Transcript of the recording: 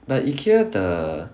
but Ikea the